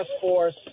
force